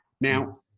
Now